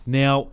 now